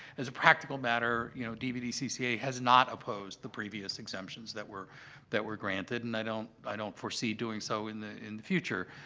as a practical matter, you know, dvd cca has not opposed the previous exemptions that were that were granted and i don't i don't foresee doing so in the in the future.